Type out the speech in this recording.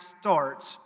starts